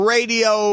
Radio